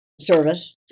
service